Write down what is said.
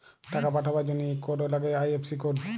টাকা পাঠাবার জনহে ইক কোড লাগ্যে আই.এফ.সি কোড